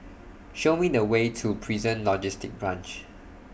Show Me The Way to Prison Logistic Branch